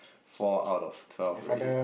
four out of twelve ready